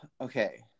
okay